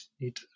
need